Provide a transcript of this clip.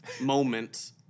moment